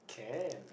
can